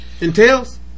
entails